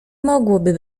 mogłoby